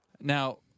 Now